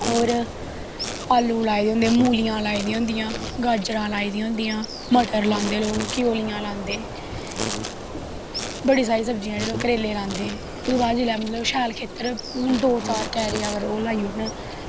और आलू लाए दे होंदे मूलियां लाई दियां होंदियां गाजरां लाई दियां होंदियां मटर लांदे क्योलियां लांदे बड़ी सारी सब्दियां करेले लांदे ओह्ॅदे बाद मतलव शैल खेत्तर हून दो चार कैरे अगरओह् लाई ओड़न